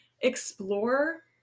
explore